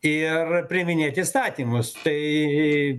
ir priiminėti įstatymus tai